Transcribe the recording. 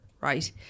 right